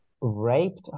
raped